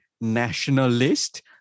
nationalist